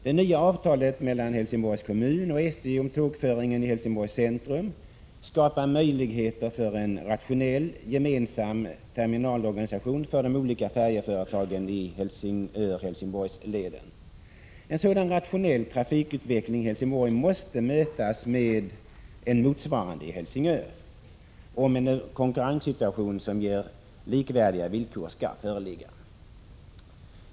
Det nya avtalet mellan Helsingborgs kommun och SJ om tågföringen i Helsingborgs centrum skapar möjligheter för en rationell gemensam terminalorganisation för de olika färjeföretagen i Helsingör-Helsingborgs-leden. En sådan rationell trafikutveckling i Helsingborg måste mötas med en motsvarande i Helsingör, om en konkurrenssituation som ger likvärdiga villkor skall föreligga.